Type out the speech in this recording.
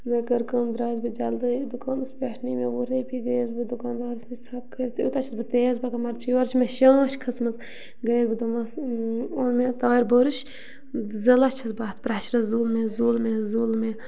مےٚ کٔر کٲم درٛایَس بہٕ جلدی دُکانَس پٮ۪ٹھ نٕے مےٚ وُہ رۄپیہِ گٔیَس بہٕ دُکانٛدارَس نِش ژھۄپہٕ کٔرِتھ تہِ یوٗتاہ چھَس بہٕ تیز پَکان مگر چھِ یورٕ چھِ مےٚ شانٛش کھٔژمٕژ گٔیَس بہٕ دوٚپمَس اوٚن مےٚ تارِ بٔرٕش زٕلا چھَس بہٕ اَتھ پرٛٮ۪شرَس زُل مےٚ زُل مےٚ زُل مےٚ